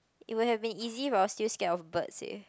it would have been easy if I was still scared of birds eh